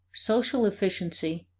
social efficiency,